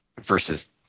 versus